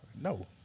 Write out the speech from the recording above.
No